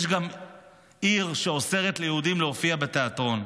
יש גם עיר שאוסרת על יהודים להופיע בתיאטרון.